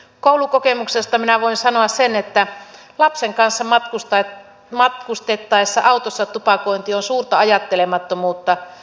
koulukokemuksesta minä voin sanoa sen että lapsen kanssa matkustettaessa autossa tupakointi on suurta ajattelemattomuutta